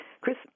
Chris